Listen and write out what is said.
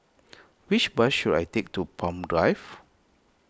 which bus should I take to Palm Drive